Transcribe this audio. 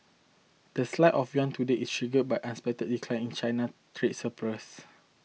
the slide of yuan today is triggered by unexpected decline in China trade surplus